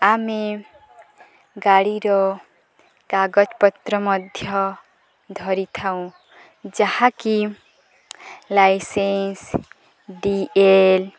ଆମେ ଗାଡ଼ିର କାଗଜପତ୍ର ମଧ୍ୟ ଧରିଥାଉଁ ଯାହାକି ଲାଇସେନ୍ସ ଡି ଏଲ୍